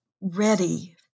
ready